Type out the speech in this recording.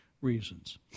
reasons